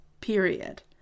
period